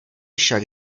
však